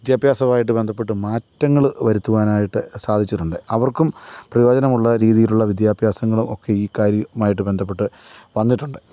വിദ്യാഭ്യാസവുമായിട്ട് ബന്ധപ്പെട്ട് മാറ്റങ്ങൾ വരുത്തുവാനായിട്ട് സാധിച്ചിട്ടുണ്ട് അവര്ക്കും പ്രയോജനമുള്ള രീതിയിലുള്ള വിദ്യാഭ്യാസങ്ങളും ഒക്കെ ഈ കാര്യവുമായിട്ട് ബന്ധപ്പെട്ട് വന്നിട്ടുണ്ട്